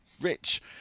Rich